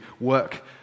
work